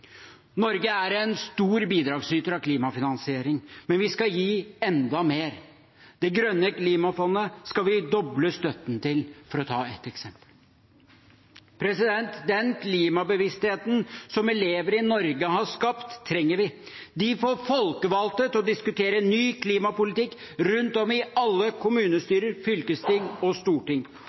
Norge er en stor bidragsyter til klimafinansiering, men vi skal gi enda mer. Det grønne klimafondet skal vi doble støtten til, for å ta ett eksempel. Den klimabevisstheten som elever i Norge har skapt, trenger vi. De får folkevalgte til å diskutere ny klimapolitikk rundt om i alle kommunestyrer og fylkesting og